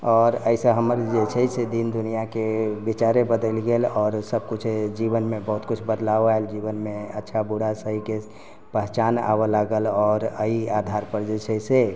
आओर एहिसे हमर जे छै से दिन दुनिआ के विचारे बदलि गेल आओर सब कुछ जीवन मे बहुत किछु बदलाव आयल जीवन मे अच्छा बुरा सही के पहचान आबे लागल आओर एहि आधार पर जे छै से